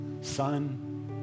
son